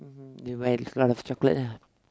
mmhmm they went with a lot of chocolate lah